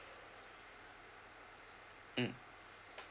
mm